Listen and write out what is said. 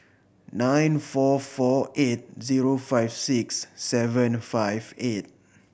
nine four four eight zero five six seven five eight